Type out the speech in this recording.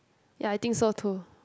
ya I think so too